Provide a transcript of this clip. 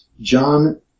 John